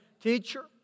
teacher